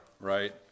right